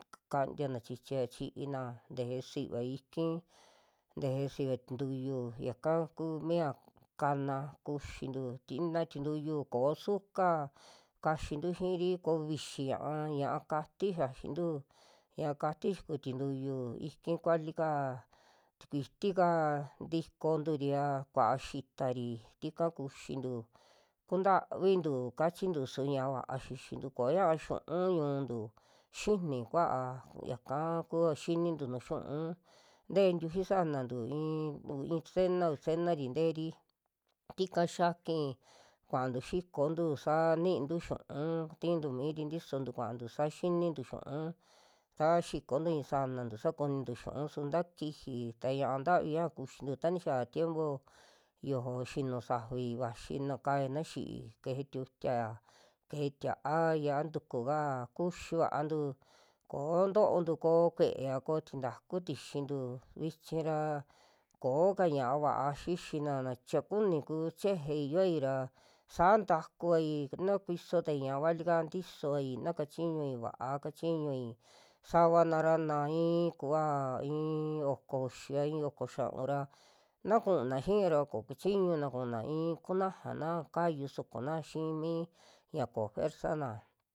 Kantiana chichia chi'ina teje siva ikin, teje siva tintuyu yaka ku mia kana kuxintu ti- naa tintuyu koo suka kaxintu xiiri koo vixi ñiaa, ñaa kati xaaxintu ñaa kati yikuu tintuyu, iki kuali kaa tikuiti ka tikonturi a kua'a xitari tika kuxintu, kuntavintu kachintu su ñaa va'a xixintu kuñaa xu'u ñu'untu, xini kua'a yaka kuua xinintu nuju xiu'u, te'e ntiuyi sanantu i'i tu i'i tesena, uvi tesenari nteeri tika xiaki kuaantu xikontu sa'a niintu xu'un, ti'intu miiri tisontu kuantu sa xinintu xiu'un saa xikontu i'i sanantu sa kunintu xu'un su ta kiji, ta ñaa ntavi ñaja kuxintu, ta nixia tiempo yojo xinu safi vaxi nu kayana xi'i keje tiutia, keje tia'a yia'a ntuku kaa, kuxi va'antu koo ntoontu ko kue'ea ko tintaku tixintu, vichi ra ko'oka ñaa va'a xixina na cha kuni kuu chejei yo'oi ra saa ntakuvai na kuisotai ñaa kualika tisovai na kachiñui va'a kachiñui, savana ra na i'in kuva i'in oko uxi a oko xia'un ra naa kunaa xi'i ra ko kuchiñuna kuuna i'i kunajana kayu sukuna xii mii ya koo fuerzana.